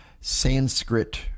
Sanskrit